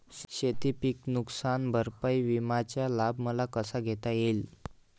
शेतीपीक नुकसान भरपाई विम्याचा लाभ मला कसा घेता येईल?